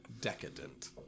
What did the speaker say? Decadent